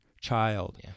child